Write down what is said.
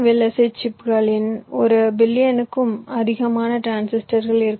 ஐ சிப்பிகளின் ஒரு பில்லியனுக்கும் அதிகமான டிரான்சிஸ்டர்கள் இருக்கக்கூடும்